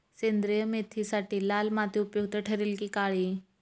सेंद्रिय मेथीसाठी लाल माती उपयुक्त ठरेल कि काळी?